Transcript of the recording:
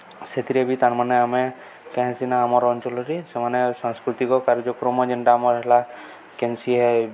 ସେଥିରେ ବି ତାର୍ମାନେ ଆମେ କାଁ ହେସିିନା ଆମର୍ ଅଞ୍ଚଲରେ ସେମାନେ ସାଂସ୍କୃତିକ କାର୍ଯ୍ୟକ୍ରମ ଯେନ୍ଟା ଆମର୍ ହେଲା କେନ୍ସି